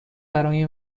برای